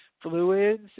fluids